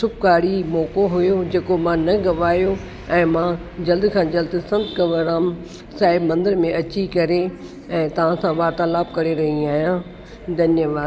शुभकारी मौक़ो हुयो जेको मां न गवायो ऐं मां जल्द खां जल्द संत कंवरराम साहिब मंदिर में अची करे ऐं तव्हांसां वार्तालाप करे रही आहियां धन्यवादु